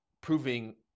proving